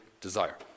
desire